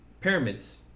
pyramids